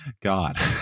God